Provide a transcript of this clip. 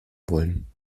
wollen